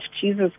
Jesus